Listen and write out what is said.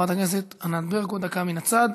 חברת הכנסת ענת ברקו, דקה מן הצד.